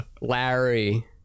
Larry